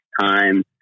time